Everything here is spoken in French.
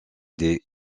des